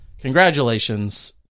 congratulations